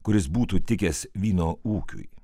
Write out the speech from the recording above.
kuris būtų tikęs vyno ūkiui